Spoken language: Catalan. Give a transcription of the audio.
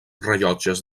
rellotges